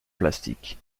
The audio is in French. plastique